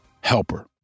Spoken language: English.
helper